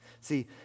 See